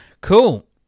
Cool